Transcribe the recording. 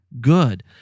good